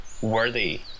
worthy